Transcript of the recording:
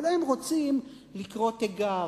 אבל הם רוצים לקרוא תיגר,